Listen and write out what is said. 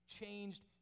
changed